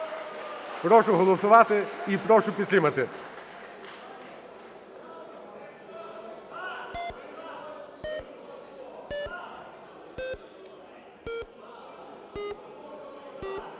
Прошу голосувати і прошу підтримати.